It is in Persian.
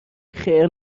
خیر